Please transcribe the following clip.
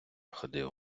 ходив